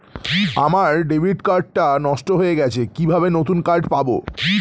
আমার debit card টা নষ্ট হয়ে গেছে কিভাবে নতুন কার্ড পাব?